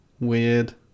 weird